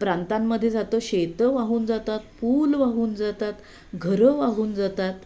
प्रांतांमध्ये जातं शेतं वाहून जातात पुल वाहून जातात घरं वाहून जातात